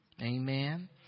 Amen